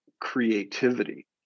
creativity